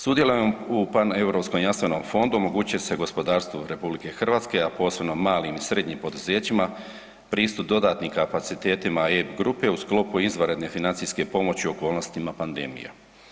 Sudjelovanjem u Paneuropskom jamstvenom fondu omogućit će se gospodarstvu RH, a posebno malim i srednjim poduzećima pristup dodatnim kapacitetima E grupe u sklopu izvanredne financijske pomoći okolnostima pandemija.